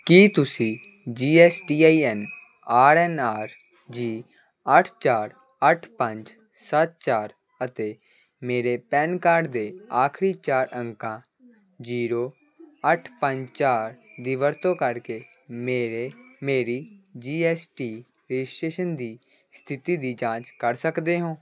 ਕੀ ਤੁਸੀਂ G S T I N R N R G ਅੱਠ ਚਾਰ ਅੱਠ ਪੰਜ ਸੱਤ ਚਾਰ ਅਤੇ ਮੇਰੇ ਪੈਨ ਕਾਰਡ ਦੇ ਆਖਰੀ ਚਾਰ ਅੰਕਾਂ ਜੀਰੋ ਅੱਠ ਪੰਜ ਚਾਰ ਦੀ ਵਰਤੋਂ ਕਰਕੇ ਮੇਰੇ ਮੇਰੀ ਜੀ ਐੱਸ ਟੀ ਰਜਿਸਟ੍ਰੇਸ਼ਨ ਦੀ ਸਥਿਤੀ ਦੀ ਜਾਂਚ ਕਰ ਸਕਦੇ ਹੋ